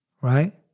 right